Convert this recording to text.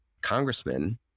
congressman